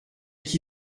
qui